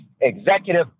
executive